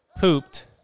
pooped